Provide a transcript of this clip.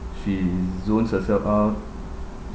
she zones herself out